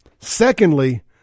Secondly